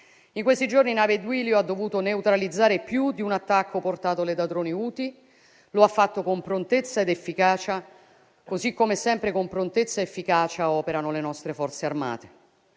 In questi giorni la nave Duilio ha dovuto neutralizzare più di un attacco portatole da droni Houthi, lo ha fatto con prontezza ed efficacia, così come, sempre con prontezza ed efficacia, operano le nostre Forze armate.